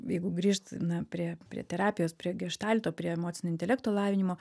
jeigu grįžt na prie prie terapijos prie geštalto prie emocinio intelekto lavinimo